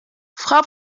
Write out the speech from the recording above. frau